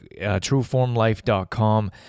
trueformlife.com